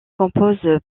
compose